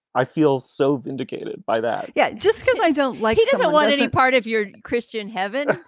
i feel so vindicated by that yeah. just i don't like he doesn't want any part of your christian heaven.